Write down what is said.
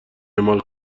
اعمال